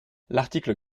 l’article